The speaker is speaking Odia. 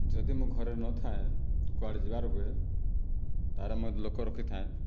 ଯଦି ମୁଁ ଘରେ ନ ଥାଏ କୁଆଡ଼େ ଯିବାର ହୁଏ ତାରେ ମୁଇଁ ଲୋକ ରଖିଥାଏ